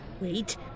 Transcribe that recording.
Wait